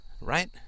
right